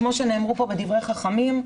כמו שנאמר פה בדברי חכמים,